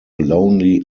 lonely